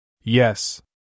Yes